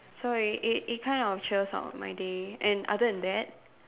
so it it it kind of cheers up my day and other than that